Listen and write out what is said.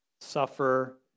suffer